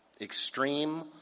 extreme